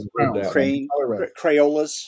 crayolas